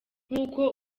nkuko